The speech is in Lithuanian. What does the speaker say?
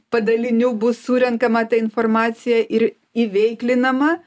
padalinių bus surenkama ta informacija ir įveiklinama